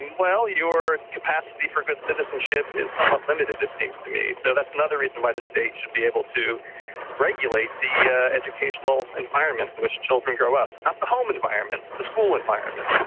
well, your capacity for good citizenship is somewhat limited, it seems to me. so that's another reason why the state should be able to regulate the yeah educational environment in which children grow up not the home environment, the school environment.